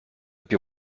più